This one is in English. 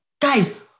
Guys